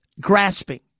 grasping